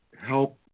help